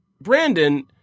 Brandon